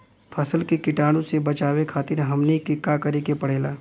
फसल के कीटाणु से बचावे खातिर हमनी के का करे के पड़ेला?